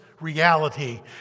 reality